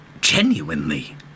genuinely